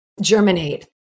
germinate